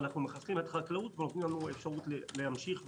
אנחנו מחסלים את החקלאות ובמקביל לתת לנו אפשרות להמשיך ולהתפרנס.